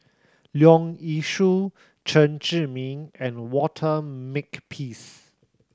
Leong Yee Soo Chen Zhiming and Walter Makepeace